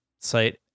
site